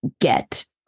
get